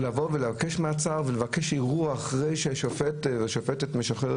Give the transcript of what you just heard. לבקש מעצר או לבקש ערעור אחרי ששופט או שופטת משחררים